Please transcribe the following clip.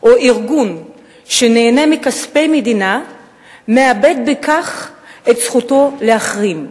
או ארגון שנהנה מכספי מדינה מאבד בכך את זכותו להחרים.